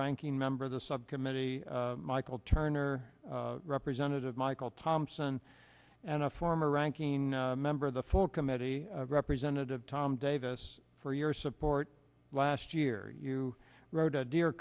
ranking member of the subcommittee michael turner representative michael thompson and a former ranking member of the full committee representative tom davis for your support last year you wrote a de